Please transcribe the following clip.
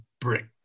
brick